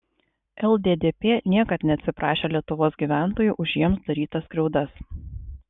lddp niekad neatsiprašė lietuvos gyventojų už jiems darytas skriaudas